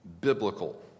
biblical